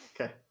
Okay